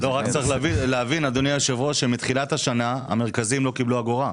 צריך להבין שמתחילת השנה המרכזים לא קיבלו אגורה.